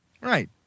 Right